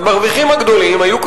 המרוויחים הגדולים היו,